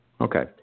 Okay